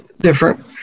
different